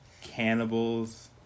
Cannibals